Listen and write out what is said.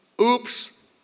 oops